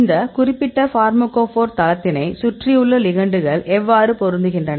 இந்த குறிப்பிட்ட ஃபார்மகோபோர் தளத்தினை சுற்றியுள்ள லிகெண்டுகள் எவ்வாறு பொருந்துகின்றன